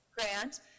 grant